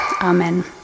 Amen